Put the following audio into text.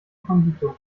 konditor